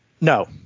No